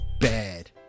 bad